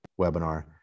webinar